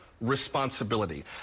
responsibility